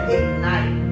Ignite